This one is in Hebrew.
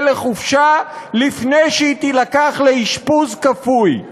לחופשה לפני שהיא תילקח לאשפוז כפוי.